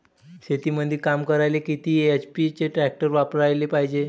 शेतीमंदी काम करायले किती एच.पी चे ट्रॅक्टर वापरायले पायजे?